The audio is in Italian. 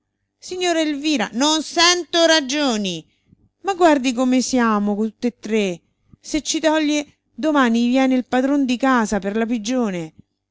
signora elvira non sento ragioni ma guardi come siamo tutt'e tre se ci toglie domani viene il padron di casa per la pigione